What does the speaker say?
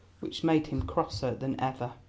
which made him crosser than ever.